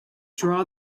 draw